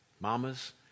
Mamas